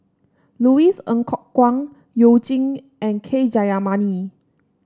Louis Ng Kok Kwang You Jin and K Jayamani